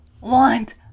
want